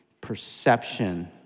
perception